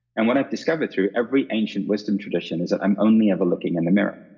and what i've discovered through every ancient wisdom tradition is that i'm only ever looking in the mirror.